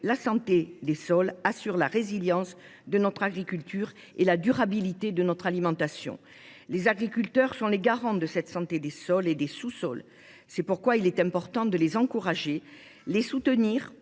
la santé des sols assure la résilience de notre agriculture et la durabilité de notre alimentation. Les agriculteurs sont les garants de la santé des sols et des sous sols. C’est pourquoi il est important de les encourager, de les soutenir